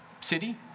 city